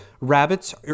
rabbits